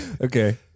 okay